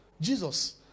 Jesus